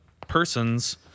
persons